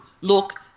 look